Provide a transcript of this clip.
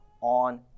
on